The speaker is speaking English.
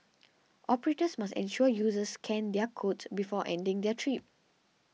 operators must ensure users scan their codes before ending their trip